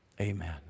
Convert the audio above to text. amen